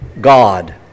God